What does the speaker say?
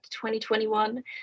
2021